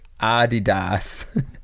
Adidas